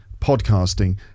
podcasting